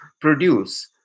produce